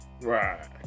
Right